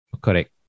Correct